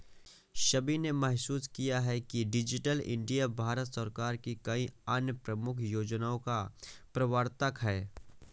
सभी ने महसूस किया है कि डिजिटल इंडिया भारत सरकार की कई अन्य प्रमुख योजनाओं का प्रवर्तक है